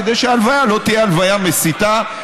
כדי שההלוויה לא תהיה הלוויה מסיתה,